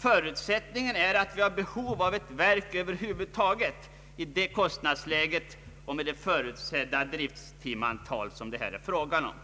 Förutsättningen är att vi har behov av ett verk över huvud taget i det kostnadsläge och med det förutsedda drifttimantal som det här är fråga om.